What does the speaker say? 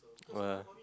what ah